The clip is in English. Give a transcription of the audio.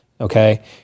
Okay